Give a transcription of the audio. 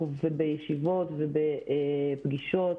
אנחנו בשיח עם משרד החינוך, בישיבות ובפגישות.